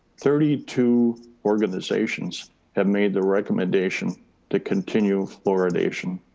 thirty two organizations have made the recommendation to continue fluoridation.